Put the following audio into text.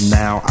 now